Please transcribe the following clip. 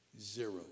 Zero